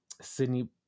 Sydney